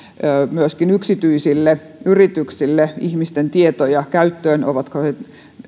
myöskin yksityisille yrityksille ihmisten tietoja käyttöön ovatko he